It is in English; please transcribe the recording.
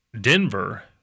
Denver